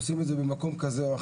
עושים את זה באולם במקום אחר.